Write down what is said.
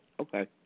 Okay